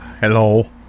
Hello